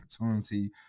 opportunity